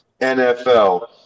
NFL